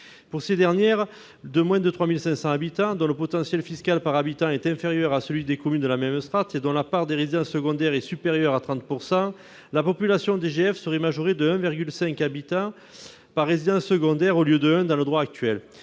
Pour ces dernières, de moins de 3 500 habitants, dont le potentiel fiscal par habitant est inférieur à celui des communes de la même strate et dont la part des résidences secondaires est supérieure à 30 %, la population DGF serait majorée de 1,5 habitant par résidence secondaire, au lieu de un actuellement.